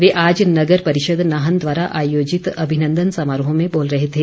वे आज नगर परिषद नाहन द्वारा आयोजित अभिनंदन समारोह में बोल रहे थे